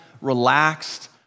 relaxed